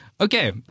Okay